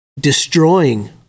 destroying